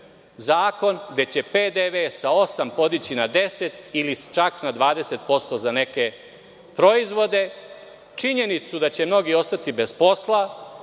zakon gde će PDV sa 8% podići na 10% ili čak 20% za neke proizvode, činjenicu da će mnogi ostati bez posla,